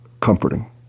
comforting